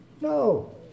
No